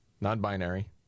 non-binary